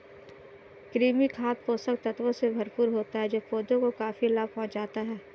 कृमि खाद पोषक तत्वों से भरपूर होता है जो पौधों को काफी लाभ पहुँचाता है